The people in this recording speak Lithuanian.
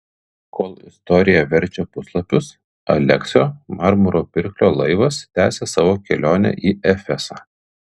kol istorija verčia puslapius aleksio marmuro pirklio laivas tęsia savo kelionę į efesą